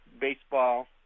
Baseball